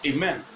Amen